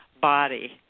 body